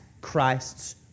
Christ's